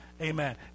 Amen